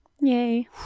Yay